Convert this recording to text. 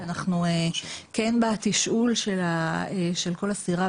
כן בא התשאול של האסירות,